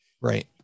Right